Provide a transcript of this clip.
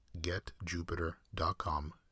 getjupiter.com